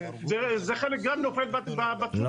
זה גם חלק מהתחום שלה.